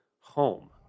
home